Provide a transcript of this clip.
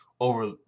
over